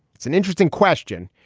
it's an interesting question.